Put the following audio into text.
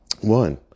One